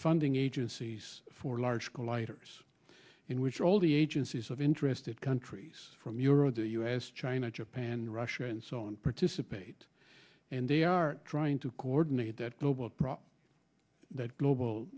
funding agencies for large colliders in which all the agencies of interested countries from euro the u s china japan russia and so on participate and they are trying to coordinate that global